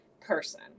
person